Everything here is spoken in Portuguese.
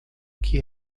que